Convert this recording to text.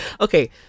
okay